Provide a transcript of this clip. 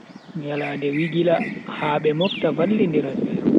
Nyalande wigilia, haabe mofta vallindira seyo.